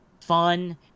fun